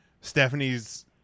Stephanie's